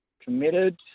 Committed